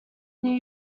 new